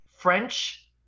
French